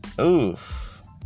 Oof